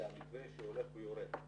המתווה שהולך ויורד.